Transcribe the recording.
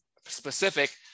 specific